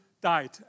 died